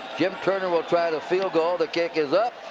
jim turner will try the field goal. the kick is up.